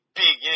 big